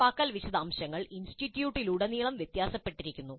നടപ്പാക്കൽ വിശദാംശങ്ങൾ ഇൻസ്റ്റിറ്റ്യൂട്ടിലുടനീളം വ്യത്യാസപ്പെട്ടിരിക്കുന്നു